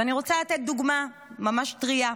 ואני רוצה לתת דוגמה ממש טרייה.